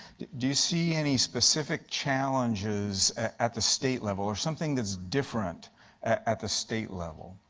do you see any specific challenges at the state level or something that is different at the state level?